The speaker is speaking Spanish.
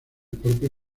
propio